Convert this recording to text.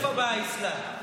מאיפה בא האסלאם?